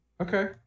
Okay